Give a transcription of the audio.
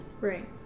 Right